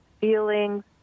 feelings